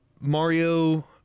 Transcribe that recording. Mario